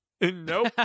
nope